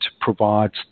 provides